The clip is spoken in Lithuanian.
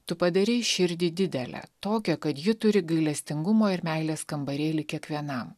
tu padarei širdį didelę tokią kad ji turi gailestingumo ir meilės kambarėlį kiekvienam